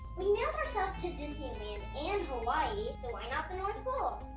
we mailed ourselves to disneyland and hawaii, so why not the north pole?